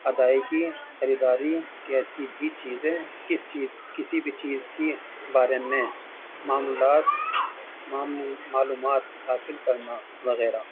ادائیگی خریداری کیسی بھی چیزیں کس چیز کسی بھی چیز کی بارے میں معمولات معلومات حاصل کرنا وغیرہ